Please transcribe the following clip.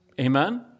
Amen